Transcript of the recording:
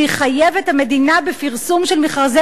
שיחייב את המדינה בפרסום של מכרזי